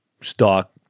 stock